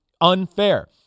unfair